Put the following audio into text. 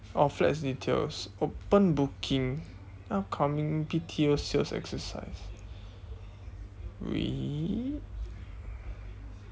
oh flats details open booking upcoming B_T_O sales exercise wait